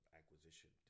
acquisition